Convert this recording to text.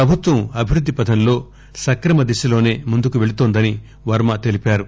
ప్రభుత్వం అభివృద్ది పధంలో సక్రమ దిశలోసే ముందుకు పెళుతోందని వర్మ తెలిపారు